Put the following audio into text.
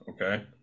okay